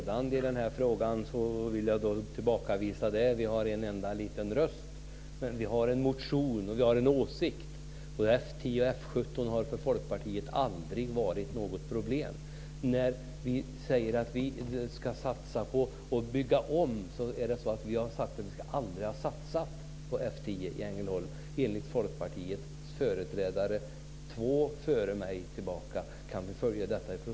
Fru talman! Jag skulle kanske inte begära replik, men eftersom jag nämnts vid namn som någon som är ledande i den här frågan vill jag tillbakavisa det. Vi har en enda liten röst. Men vi har en motion och vi har en åsikt. F 10 och F 17 har för Folkpartiet aldrig varit något problem. När vi säger att vi ska satsa på att bygga om beror det på att vi har sagt att vi aldrig skulle ha satsat på F 10 i Ängelholm. Vi kan i protokollet följa uttalanden från två företrädare för Folkpartiet före mig.